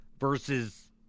versus